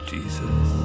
Jesus